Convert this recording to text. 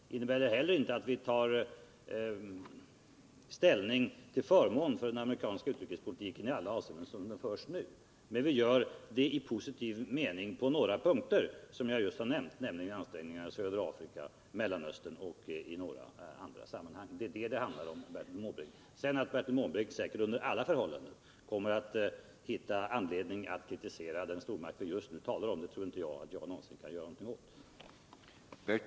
Det innebär inte heller att vi tar ställning till förmån för den amerikanska utrikespolitiken i alla avseenden som den förs nu, men vi gör det i positiv mening på några punkter, som jag just har nämnt, nämligen ansträngningarna i södra Afrika, Mellersta Östern och i några andra sammanhang. Det är vad det handlar om, Bertil Måbrink. Att sedan Bertil Måbrink säkert under alla förhållanden kommer att hitta anledning att kritisera den stormakt vi just nu talar om tror jag inte att jag någonsin kan göra någonting åt.